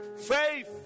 Faith